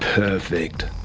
perfect.